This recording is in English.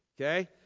okay